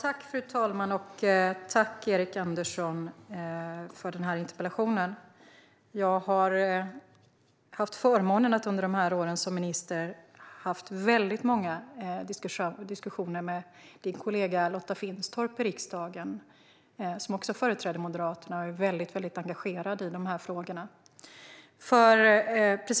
Fru talman! Tack, Erik Andersson, för interpellationen! Jag har under åren som minister haft förmånen att ha många diskussioner i riksdagen med Erik Anderssons kollega Lotta Finstorp, som också företräder Moderaterna och är väldigt engagerad i de här frågorna.